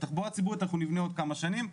תחבורה ציבורית אנחנו נבנה עוד כמה שנים,